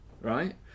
right